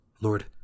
Lord